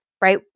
right